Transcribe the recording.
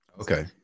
Okay